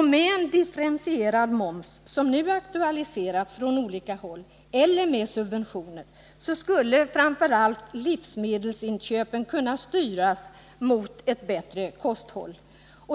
Med en differentierad moms, som nu aktualiserats från olika håll, eller med subventioner skulle framför allt livsmedelsinköpen kunna styras mot ett bättre kosthåll.